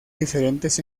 diferentes